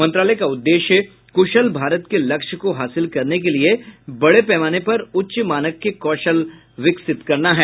मंत्रालय का उद्देश्य कुशल भारत के लक्ष्य को हासिल करने के लिए बड़े पैमाने पर उच्च मानक के कौशल विकसित करना है